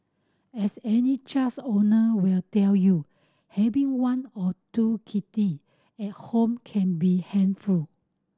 as any owner will tell you having one or two kitty at home can be handful